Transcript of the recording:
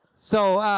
so